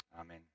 Amen